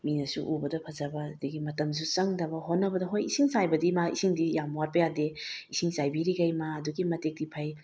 ꯃꯤꯅꯁꯨ ꯎꯕꯗ ꯐꯖꯕ ꯑꯗꯒꯤ ꯃꯇꯝꯁꯨ ꯆꯪꯗꯕ ꯍꯣꯠꯅꯕꯗ ꯍꯣꯏ ꯏꯁꯤꯡ ꯆꯥꯏꯕꯗꯤ ꯃꯥ ꯏꯁꯤꯡꯗꯤ ꯌꯥꯝ ꯋꯥꯠꯄ ꯌꯥꯗꯦ ꯏꯁꯤꯡ ꯆꯥꯏꯕꯤꯔꯤꯈꯩ ꯃꯥ ꯑꯗꯨꯛꯀꯤ ꯃꯇꯤꯛꯀꯤ ꯐꯩ